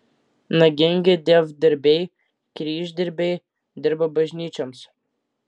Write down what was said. nagingi dievdirbiai kryždirbiai dirba bažnyčioms